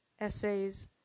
essays